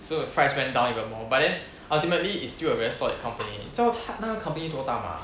so the price went down even more but then ultimately it's still a very solid company 你知道他那个 company 多大吗